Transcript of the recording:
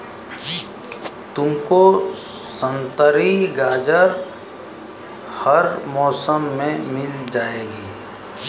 तुमको संतरी गाजर हर मौसम में मिल जाएगी